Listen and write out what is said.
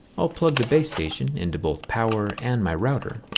i'll plug the base station into both power and my router.